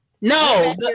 No